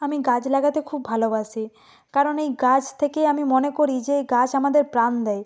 আমি গাছ লাগাতে খুব ভালোবাসি কারণ এই গাছ থেকেই আমি মনে করি যে এই গাছ আমাদের প্রাণ দেয়